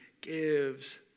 gives